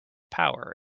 power